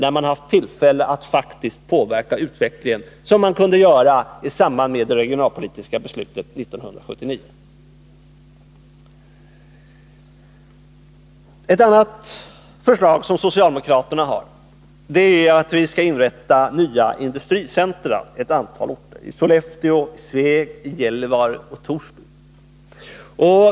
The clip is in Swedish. De hade ju tillfälle att faktiskt påverka utvecklingen i samband med det regionalpolitiska beslutet 1979. Ett annat socialdemokratiskt förslag är att vi skall inrätta nya industricentra på ett antal orter, nämligen i Sollefteå, Sveg, Gällivare och Torsby.